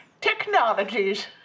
technologies